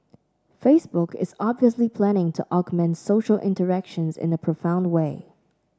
Facebook is obviously planning to augment social interactions in a profound way